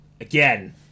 again